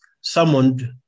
summoned